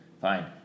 Fine